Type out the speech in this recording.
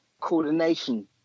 coordination